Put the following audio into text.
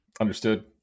Understood